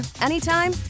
anytime